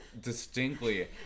distinctly